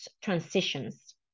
transitions